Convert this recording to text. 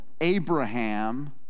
Abraham